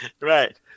Right